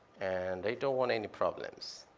and they don't want any problems.